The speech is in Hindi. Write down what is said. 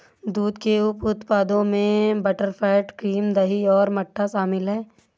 दूध के उप उत्पादों में बटरफैट, क्रीम, दही और मट्ठा शामिल हैं